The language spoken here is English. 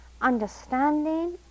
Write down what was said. understanding